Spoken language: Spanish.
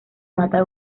mata